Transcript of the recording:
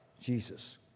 Jesus